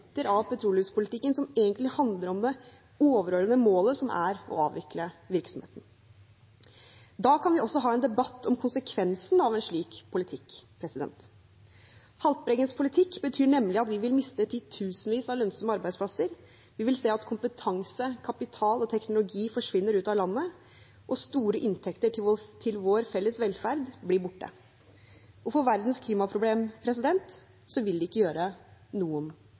av petroleumspolitikken som egentlig handler om det overordnede målet, som er å avvikle virksomheten. Da kan vi også ha en debatt om konsekvensene av en slik politikk. Representanten Haltbrekkens politikk betyr nemlig at vi vil miste titusenvis av lønnsomme arbeidsplasser, at vi vil se kompetanse, kapital og teknologi forsvinne ut av landet, og at store inntekter til vår felles velferd blir borte. For verdens klimaproblemer vil det ikke gjøre noen